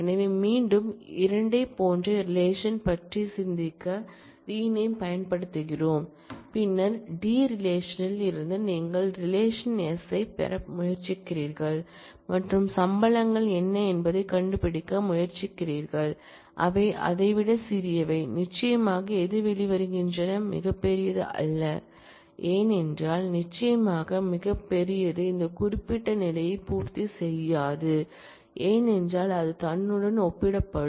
எனவே மீண்டும் 2 ஐப் போன்ற ரிலேஷன் பற்றி சிந்திக்க ரீநேம் பயன்படுத்துகிறோம் பின்னர் டி ரிலேஷன்ல் இருந்து நீங்கள் ரிலேஷன்எஸ் ஐப் பார்க்க முயற்சிக்கிறீர்கள் மற்றும் சம்பளங்கள் என்ன என்பதைக் கண்டுபிடிக்க முயற்சிக்கிறீர்கள் அவை அதைவிட சிறியவை நிச்சயமாக எது வெளிவருகின்றன மிகப்பெரியது அல்ல ஏனென்றால் நிச்சயமாக மிகப்பெரியது இந்த குறிப்பிட்ட நிலையை பூர்த்தி செய்யாது ஏனென்றால் அது தன்னுடன் ஒப்பிடப்படும்